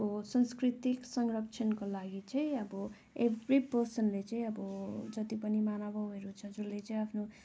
अब सांस्कृतिक संरक्षणको लागि चाहिँ अब एभ्री पर्सनले चाहिँ अब जति पनि मानवहरू छ जसले चाहिँ आफ्नो